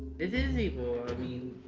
it is evil. i mean.